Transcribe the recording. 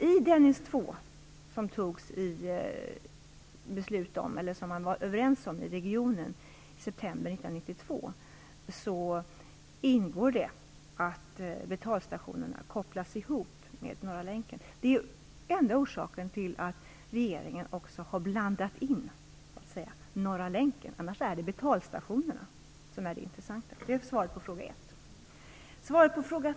I Dennis II, som man var överens om i regionen i september 1992, ingår att betalstationerna skall kopplas ihop med Norra länken. Det är den enda orsaken till att regeringen så att säga har blandat in Norra länken. I övrigt är det betalstationerna som är det intressanta. Det är svaret på den första frågan.